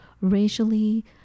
racially